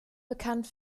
bekannt